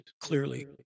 clearly